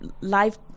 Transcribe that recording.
life